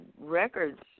records